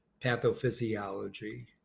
pathophysiology